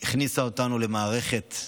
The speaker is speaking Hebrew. הכניסה אותנו למערכת,